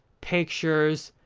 pictures,